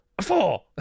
four